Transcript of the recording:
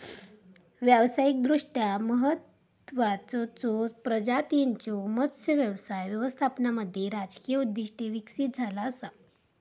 व्यावसायिकदृष्ट्या महत्त्वाचचो प्रजातींच्यो मत्स्य व्यवसाय व्यवस्थापनामध्ये राजकीय उद्दिष्टे विकसित झाला असा